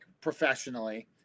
professionally